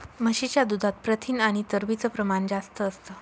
म्हशीच्या दुधात प्रथिन आणि चरबीच प्रमाण जास्त असतं